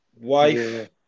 Wife